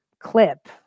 clip